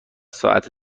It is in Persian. ساعت